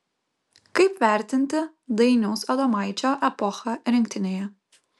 kaip vertinti dainiaus adomaičio epochą rinktinėje